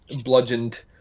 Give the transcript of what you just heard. bludgeoned